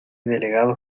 delegado